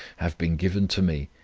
have been given to me,